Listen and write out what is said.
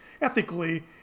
Ethically